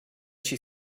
she